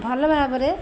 ଭଲ ଭାବରେ